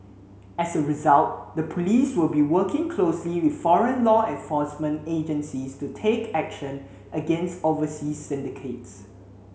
as a result the police will be working closely with foreign law enforcement agencies to take action against overseas syndicates